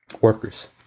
workers